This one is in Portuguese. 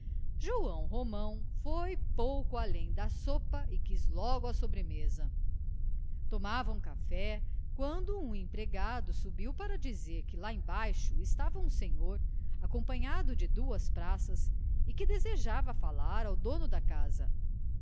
joão romão foi pouco além da sopa e quis logo a sobremesa tomavam café quando um empregado subiu para dizer que lá embaixo estava um senhor acompanhado de duas praças e que desejava falar ao dono da casa